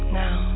now